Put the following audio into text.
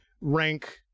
rank